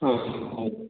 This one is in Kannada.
ಹಾಂ ಹಾಂ ಹೌದು